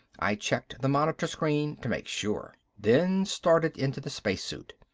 i checked the monitor screen to make sure, then started into the spacesuit.